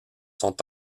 sont